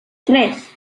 tres